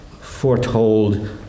foretold